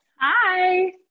Hi